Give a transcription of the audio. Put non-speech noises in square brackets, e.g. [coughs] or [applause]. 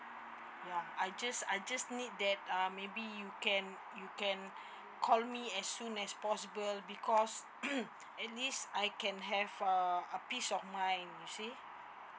ya I just I just need that uh maybe you can you can call me as soon as possible because [coughs] at least I can have err a peace of mind you see